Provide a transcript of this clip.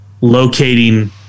locating